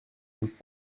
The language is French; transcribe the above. une